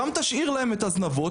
גם תשאיר להם את הזנבות,